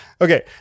Okay